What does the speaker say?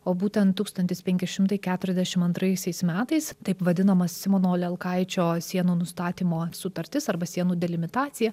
o būtent tūkstantis penki šimtai keturiasdešimt antraisiais metais taip vadinamas simono lelkaičio sienų nustatymo sutartis arba sienų delimitacija